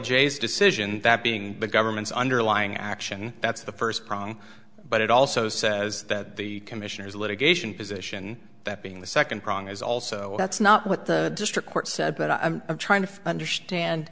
j s decision that being the government's underlying action that's the first prong but it also says that the commissioners litigation position that being the second prong is also that's not what the district court said but i'm trying to understand